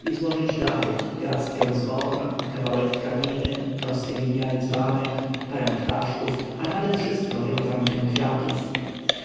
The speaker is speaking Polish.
i złożyć dary garstkę zboża kawałek tkaniny prosty gliniany dzbanek parę ptaszków a nade wszystko wiązankę kwiatów